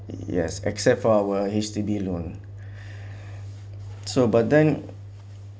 yes except for our H_D_B loan so but then